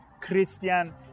Christian